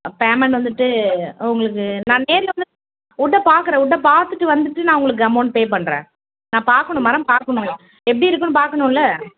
payment வந்துவிட்டு உங்களுக்கு நான் நேரில் வந்து வுட்டை பாக்கிறேன் வுட்டை பார்த்துட்டு வந்துவிட்டு நான் உங்களுக்கு அமவுண்ட் பே பண்ணுறேன் நான் பார்க்கணும் மரம் பார்க்கணும் எப்படி இருக்குன்னு பார்க்கணும்ல